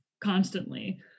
constantly